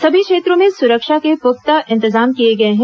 सभी क्षेत्रों में सुरक्षा के पुख्ता इंतजाम किए गए हैं